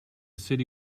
city